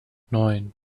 neun